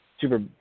super